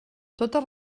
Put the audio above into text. totes